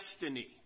destiny